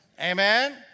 Amen